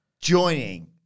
Joining